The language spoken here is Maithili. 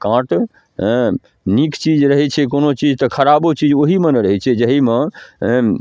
काँट हेँ नीक चीज रहै छै कोनो चीज तऽ खराबो चीज ओहीमे नहि रहै छै जाहिमे हेँ